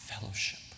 fellowship